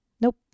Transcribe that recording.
Nope